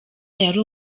yari